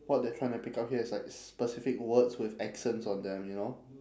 what they're trying to pick up here is like specific words with accents on them you know